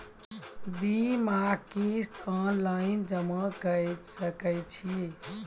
बीमाक किस्त ऑनलाइन जमा कॅ सकै छी?